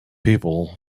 people